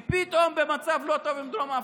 היא פתאום במצב לא טוב עם דרום אפריקה.